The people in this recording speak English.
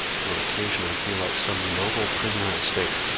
he will occasionally feel like some noble prisoner of state,